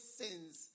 sins